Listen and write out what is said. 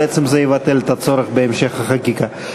בעצם זה יבטל את הצורך בהמשך החקיקה.